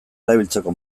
erabiltzeko